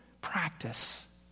practice